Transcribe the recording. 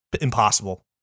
impossible